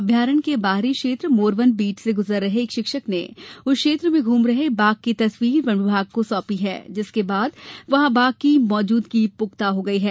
अभयारण्य के बाहरी क्षेत्र मोरवन बीट से गुजर रहे एक शिक्षक ने उस क्षेत्र में घूम रहे एक बाघ की तस्वीर वन विभाग को सौंपी है जिसके बाद वहां बाघ की मौजूदगी पुख्ता हो गई है